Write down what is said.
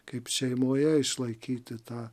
kaip šeimoje išlaikyti tą